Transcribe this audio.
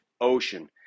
ocean